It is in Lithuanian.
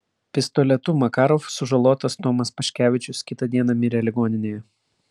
pistoletu makarov sužalotas tomas paškevičius kitą dieną mirė ligoninėje